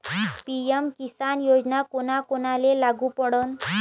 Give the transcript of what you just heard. PM Kisan योजना कोना कोनाले लागू पडन?